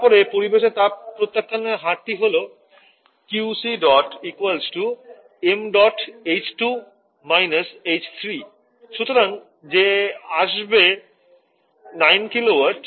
তারপরে পরিবেশে তাপ প্রত্যাখ্যানের হারটি যা হল সুতরাং যে আসবে 90 কিলোওয়াট